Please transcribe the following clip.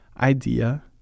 idea